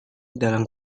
dalam